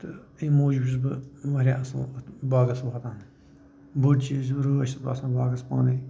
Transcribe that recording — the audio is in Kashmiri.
تہٕ اَمہِ موٗجوٗب چھُس بہٕ واریاہ اَصٕل اَتھ باغَس واتان بوٚڈ چیٖز چھُ رٲچھ چھُس بہٕ آسان باغَس پانٕے